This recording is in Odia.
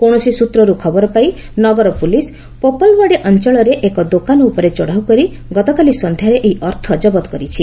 କୌଣସି ସୂତ୍ରରୁ ଖବର ପାଇ ନଗର ପୁଲିସ ପୋପାଲୱାଡି ଅଞ୍ଚଳରେ ଏକ ଦୋକାନଉପରେ ଚଢ଼ଉ କରି ଗତକାଲି ସଂଧ୍ୟାରେ ଏହି ଅର୍ଥ ଜବତ କରିଛି